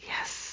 Yes